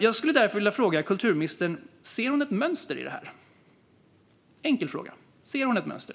Jag skulle därför vilja fråga kulturministern om hon ser ett mönster i detta. Det är en enkel fråga: Ser hon ett mönster?